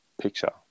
picture